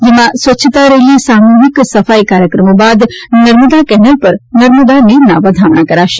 જેમાં સ્વચ્છતા રેલી સામૂહિક સફાઇ કાર્યક્રમો બાદ નર્મદા કેનાલ પર નર્મદા નીરના વધામણા કરાશે